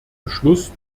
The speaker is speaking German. beschluss